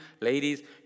Ladies